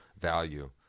value